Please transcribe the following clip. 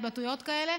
התבטאויות כאלה.